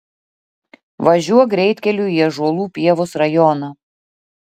važiuok greitkeliu į ąžuolų pievos rajoną